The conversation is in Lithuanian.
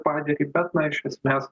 padėtį bet na iš esmės